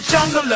Jungle